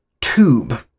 tube